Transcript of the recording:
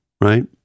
right